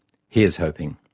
here's hoping.